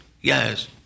Yes